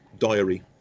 diary